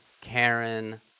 Karen